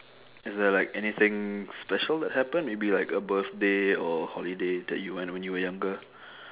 is there like anything special that happened maybe like a birthday or holiday that you went when you were younger